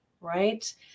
right